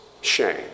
shame